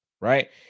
right